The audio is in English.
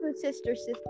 sister-sister